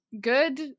good